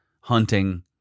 hunting